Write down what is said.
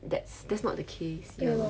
that's that's not the case you